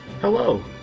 Hello